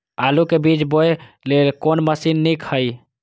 आलु के बीज बोय लेल कोन मशीन नीक ईय?